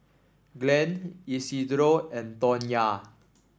Glen Isidro and Tonya